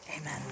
amen